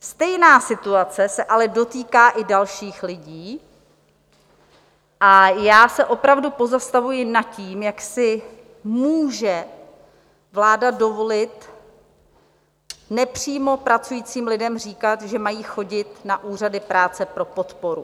Stejná situace se ale dotýká i dalších lidí a já se opravdu pozastavuji nad tím, jak si může vláda dovolit nepřímo pracujícím lidem říkat, že mají chodit na úřady práce pro podporu.